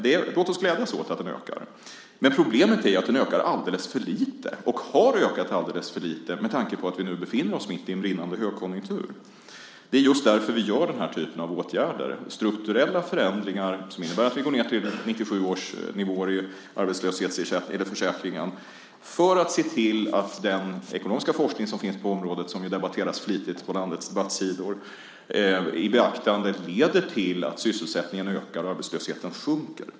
Men låt oss glädjas åt att den ökar. Problemet är att den ökar alldeles för lite. Den har ökat alldeles för lite med tanke på att vi nu befinner oss mitt i en högkonjunktur. Det är just därför vi vidtar den här typen av åtgärder - strukturella förändringar som innebär att vi går ned till 1997 års nivåer i arbetslöshetsförsäkringen för att se till att den ekonomiska forskning på området som finns och som debatteras så flitigt på landets debattsidor tas i beaktande, och det leder till att sysselsättningen ökar och arbetslösheten sjunker.